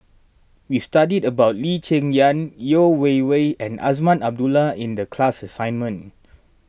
we studied about Lee Cheng Yan Yeo Wei Wei and Azman Abdullah in the class assignment